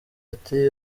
ati